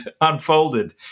unfolded